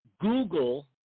Google